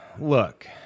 look